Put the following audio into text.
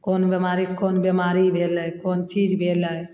कोन बीमारी कोन बीमारी भेलय कोन चीज भेलय